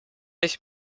ich